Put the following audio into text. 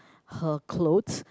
her cloth